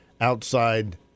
outside